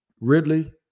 Ridley